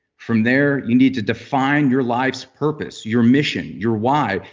from there, you need to define your life's purpose, your mission, your why.